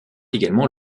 également